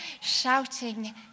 shouting